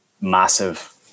massive